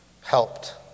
helped